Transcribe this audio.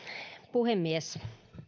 puhemies